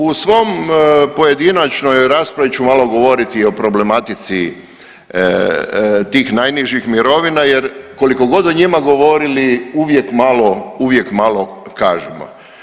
U svom pojedinačnoj raspravi ću malo govoriti o problematici tih najnižih mirovina jer koliko god da njima govorili, uvijek malo kažemo.